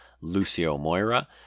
Lucio-Moira